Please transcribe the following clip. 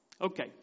Okay